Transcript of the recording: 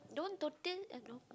don't